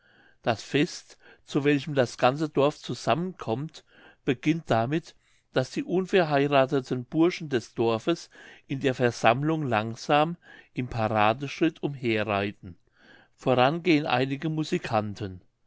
das fest zu welchem das ganze dorf zusammenkommt beginnt damit daß die unverheiratheten burschen des dorfes in der versammlung langsam im paradeschritt umherreiten voran gehen einige musikanten